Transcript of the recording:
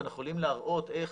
אנחנו יכולים להראות איך